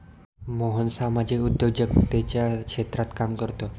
मोहन सामाजिक उद्योजकतेच्या क्षेत्रात काम करतो